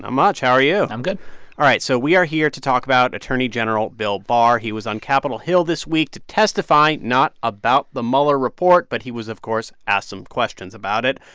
not much, how are you? i'm good all right. so we are here to talk about attorney general bill barr. he was on capitol hill this week to testify not about the mueller report, but he was, of course, asked some questions about it.